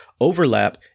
overlap